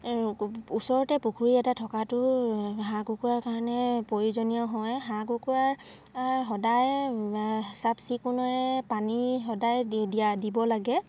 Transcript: ওচৰতে পুখুৰী এটা থকাটো হাঁহ কুকুৰাৰ কাৰণে প্ৰয়োজনীয় হয় হাঁহ কুকুৰাৰ সদায় চাফ চিকুণৰে পানী সদায় দি দিয়া দিব লাগে